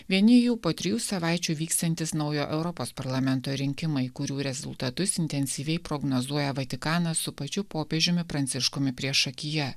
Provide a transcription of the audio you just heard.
vieni jų po trijų savaičių vyksiantys naujo europos parlamento rinkimai kurių rezultatus intensyviai prognozuoja vatikanas su pačiu popiežiumi pranciškumi priešakyje